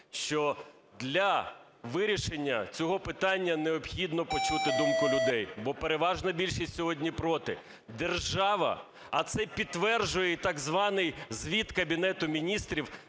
що для вирішення цього питання необхідно почути думку людей. Бо переважна більшість сьогодні проти. Держава, а це підтверджує так званий звіт Кабінету Міністрів,